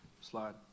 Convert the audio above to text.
slide